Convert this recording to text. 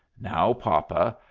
now, papa!